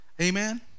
amen